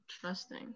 trusting